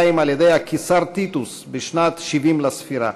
על-ידי הקיסר טיטוס בשנת 70 לספירה.